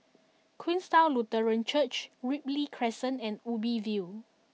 Queenstown Lutheran Church Ripley Crescent and Ubi View